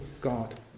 God